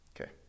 Okay